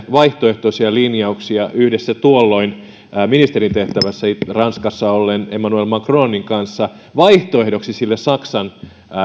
vaihtoehtoisia linjauksia yhdessä tuolloin ministerin tehtävässä ranskassa olleen emmanuel macronin kanssa vaihtoehdoksi saksan